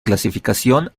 clasificación